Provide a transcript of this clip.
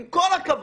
עם כל הכבוד,